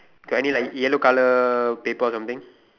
got any like yellow colour paper or something